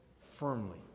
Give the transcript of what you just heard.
firmly